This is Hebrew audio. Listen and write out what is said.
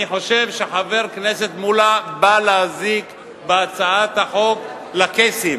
אני חושב שחבר הכנסת מולה בא להזיק בהצעת החוק לקייסים,